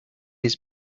his